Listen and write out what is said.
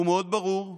הוא מאוד ברור,